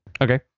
Okay